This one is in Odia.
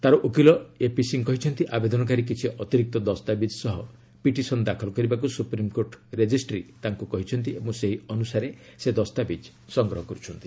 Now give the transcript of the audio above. ତାର ଓକିଲ ଏପି ସିଂ କହିଛନ୍ତି ଆବେଦନକାରୀ କିଛି ଅତିରିକ୍ତ ଦସ୍ତାବିଜ ସହ ପିଟିସନ ଦାଖଲ କରିବାକୁ ସୁପ୍ରମିକୋର୍ଟ ରେଜିଷ୍ଟ୍ରି ତାଙ୍କୁ କହିଛନ୍ତି ଏବଂ ସେହି ଅନୁସାରେ ସେ ଦସ୍ତାବିଜ ସଂଗ୍ରହ କରୁଛନ୍ତି